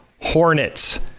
hornets